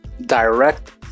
direct